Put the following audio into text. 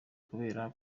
kubera